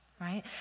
right